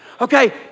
okay